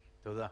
תודה.